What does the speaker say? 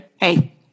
Hey